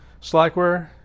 Slackware